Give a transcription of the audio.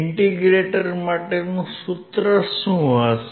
integrator માટેનું સૂત્ર શું હશે